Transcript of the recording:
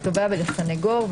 לתובע ולסנגור.